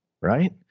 Right